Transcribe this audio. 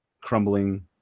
crumbling